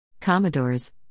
Commodores